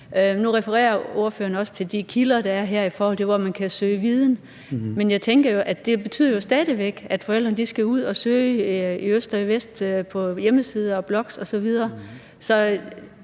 Nu refererede ordføreren også til de kilder, der er her, i forhold til hvor man kan søge viden, men jeg tænker, er det stadig væk betyder, at forældrene skal ud at søge i øst og vest på hjemmesider og blogs osv.,